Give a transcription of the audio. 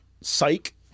Psych